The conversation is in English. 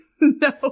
no